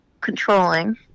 Controlling